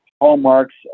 hallmarks